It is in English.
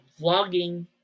vlogging